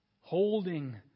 holding